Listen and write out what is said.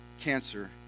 cancer